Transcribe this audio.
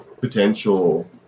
potential